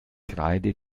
kreide